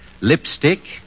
lipstick